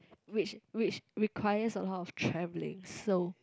which which requires a lot of travelling so